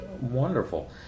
Wonderful